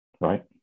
right